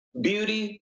beauty